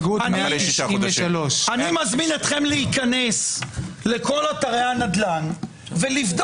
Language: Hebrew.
193. אני מזמין אתכם להיכנס לכל אתרי הנדל"ן ולראות